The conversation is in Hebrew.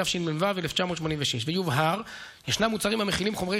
התשמ"ו 1986. ויובהר: ישנם מוצרים המכילים חומרי